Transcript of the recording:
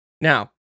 Now